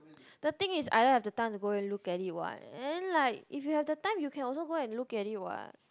the thing is I don't have the time to go look at it what and then like if you have the time you can also go and look at it what